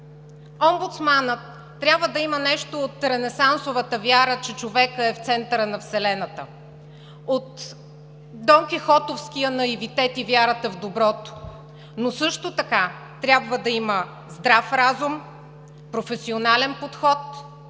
Омбудсманът трябва да има нещо от ренесансовата вяра, че човекът е в центъра на вселената, от донкихотовския наивитет и вярата в доброто, но също така трябва да има здрав разум, професионален подход